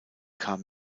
kam